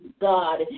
God